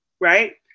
right